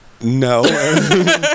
No